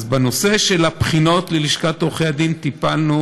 בנושא של הבחינות ללשכת עורכי הדין טיפלנו